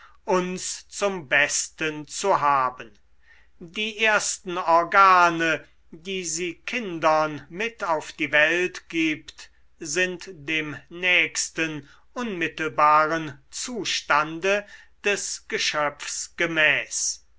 uns zum besten zu haben die ersten organe die sie kindern mit auf die welt gibt sind dem nächsten unmittelbaren zustande des geschöpfs gemäß